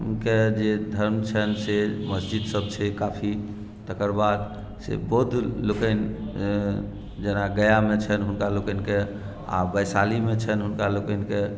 केँ जे धर्म छनि से मस्जिदसभ जे छै काफी तकर बाद से बौद्ध लोकनि जेना गयामे छनि हुनका लोकनिकेँ आ वैशालीमे छनि हुनका लोकनिकेँ